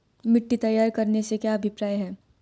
मिट्टी तैयार करने से क्या अभिप्राय है?